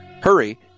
Hurry